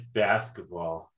basketball